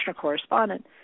correspondent